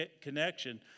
connection